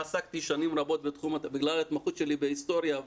בגלל ההתמחות שלי בהיסטוריה,